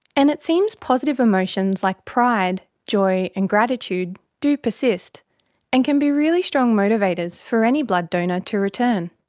and it seems positive emotions like pride, joy and gratitude do persist and can be really strong motivators for any blood donor to return.